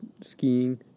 skiing